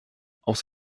aus